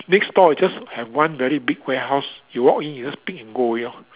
next store is just have one very big warehouse you walk in you just pick and go already lor